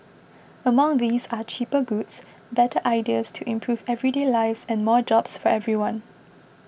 among these are cheaper goods better ideas to improve everyday lives and more jobs for everyone